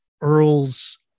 Earl's